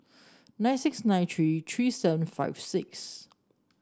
nine six nine three three seven five six